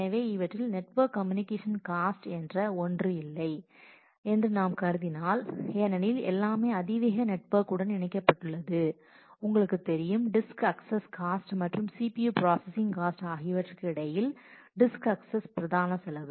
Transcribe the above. எனவே இவற்றில் network communication cost என்ற ஒன்று இல்லை என்று நாம் கருதினால் ஏனெனில் எல்லாமே அதிவேக நெட்ஒர்க் உடன் இணைக்கப்பட்டுள்ளது உங்களுக்குத் தெரியும் டிஸ்க் அக்சஸ் காஸ்ட் மற்றும் CPU பிராசசிங் காஸ்ட் ஆகியவற்றுக்கு இடையில் டிஸ்க் அக்சஸ் பிரதான செலவு